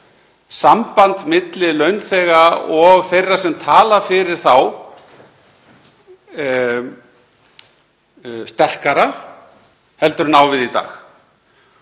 samband milli launþega og þeirra sem tala fyrir þá sterkara en á við í dag.